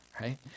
right